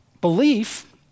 belief